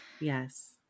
Yes